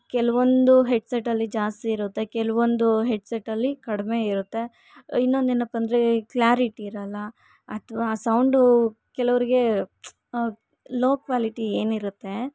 ಕೆಲವೊಂದು ಹೆಡ್ಸೆಟ್ಟಲ್ಲಿ ಜಾಸ್ತಿ ಇರುತ್ತೆ ಕೆಲವೊಂದು ಹೆಡ್ಸೆಟ್ಟಲ್ಲಿ ಕಡಿಮೆ ಇರುತ್ತೆ ಇನ್ನೊಂದೇನಪ್ಪ ಅಂದರೆ ಕ್ಲ್ಯಾರಿಟಿ ಇರೋಲ್ಲ ಅಥ್ವಾ ಸೌಂಡು ಕೆಲವ್ರಿಗೆ ಲೋ ಕ್ವಾಲಿಟಿ ಏನಿರುತ್ತೆ